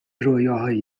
رویاهایی